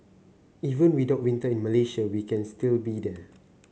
even without winter in Malaysia we can still be there